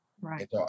Right